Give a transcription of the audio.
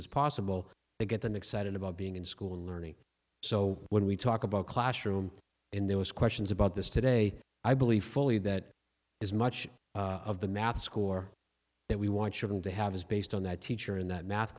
as possible to get them excited about being in school and learning so when we talk about classroom and there was questions about this today i believe fully that is much of the math score that we want to have is based on that teacher in that math